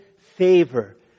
favor